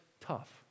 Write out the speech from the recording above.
tough